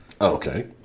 Okay